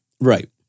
right